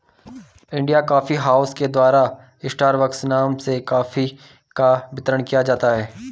India coffee house के द्वारा Starbucks नाम से भी कॉफी का वितरण किया जाता है